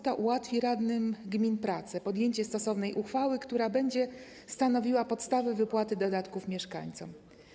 To ułatwi radnym gmin pracę, podjęcie stosownej uchwały, która będzie stanowiła podstawę wypłaty dodatków mieszkańcom.